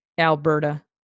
Alberta